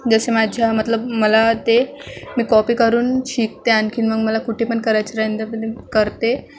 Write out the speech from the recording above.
जसे माझ्या मतलब मला ते मी कॉपी करून शिकते आणखीन मग मला कुठेपण करायचं राहिलं तर ते मी करते